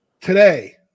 Today